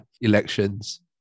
elections